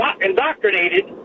indoctrinated